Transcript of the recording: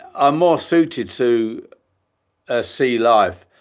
i'm more suited to a sea life.